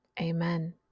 Amen